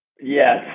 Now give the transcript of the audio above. Yes